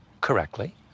correctly